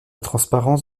transparence